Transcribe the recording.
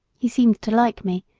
he seemed to like me,